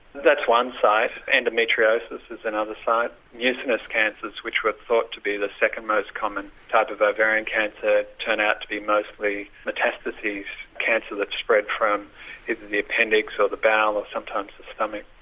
that's one site, endometriosis is another site, mucinous cancers which were thought to be the second most common type of ovarian cancer turn out to be mostly metastases cancer that's spread from either the appendix, or the bowel, or sometimes the stomach.